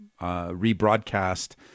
rebroadcast